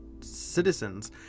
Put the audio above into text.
citizens